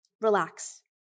relax